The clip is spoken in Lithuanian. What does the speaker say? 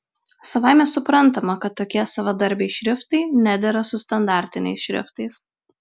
savaime suprantama kad tokie savadarbiai šriftai nedera su standartiniais šriftais